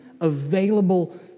available